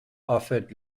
offered